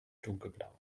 dunkelblau